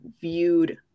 viewed